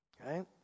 okay